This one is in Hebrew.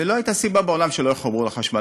ולא הייתה סיבה בעולם שלא יחברו לחשמל.